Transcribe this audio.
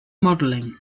modeling